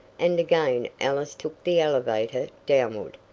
and again ellis took the elevator downward.